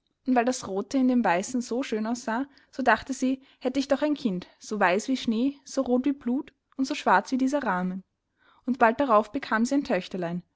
weil das rothe in dem weißen so schön aussah so dachte sie hätt ich doch ein kind so weiß wie schnee so roth wie blut und so schwarz wie dieser rahmen und bald darauf bekam sie